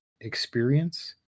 experience